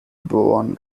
ban